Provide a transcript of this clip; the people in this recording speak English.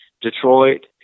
Detroit